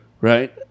right